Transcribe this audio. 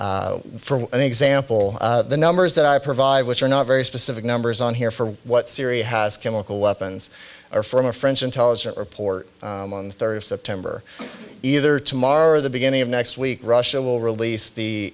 have for example the numbers that i provide which are not very specific numbers on here for what syria has chemical weapons or from a french intelligence report on the third of september either tomorrow or the beginning of next week russia will release the